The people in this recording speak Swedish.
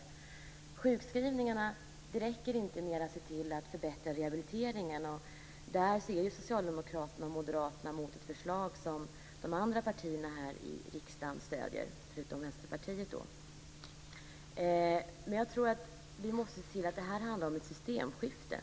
När det gäller sjukskrivningarna räcker det inte med att förbättra rehabiliteringen. Här är Socialdemokraterna och Moderaterna emot ett förslag som de andra partierna här i riksdagen stöder, förutom Vänsterpartiet. Jag tror att det här handlar om ett systemskifte.